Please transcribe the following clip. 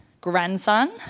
grandson